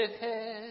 head